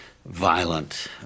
violent